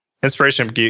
Inspiration